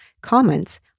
comments